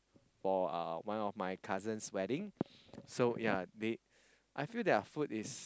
for uh one of my cousin's wedding so ya they I feel their food is